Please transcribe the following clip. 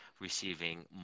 receiving